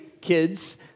kids